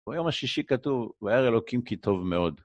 ביום השישי כתוב, וירא אלוקים כי טוב מאוד.